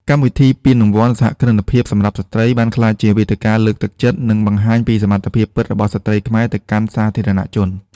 កម្មវិធីពានរង្វាន់សហគ្រិនភាពសម្រាប់ស្ត្រី បានក្លាយជាវេទិកាលើកទឹកចិត្ត និងបង្ហាញពីសមត្ថភាពពិតរបស់ស្ត្រីខ្មែរទៅកាន់សាធារណជន។